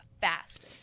fastest